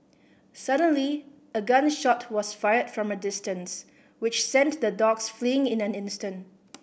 suddenly a gun shot was fired from a distance which sent the dogs fleeing in an instant